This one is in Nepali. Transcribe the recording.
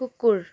कुकुर